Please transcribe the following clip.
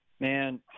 Man